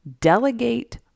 Delegate